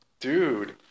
dude